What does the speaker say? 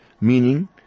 meaning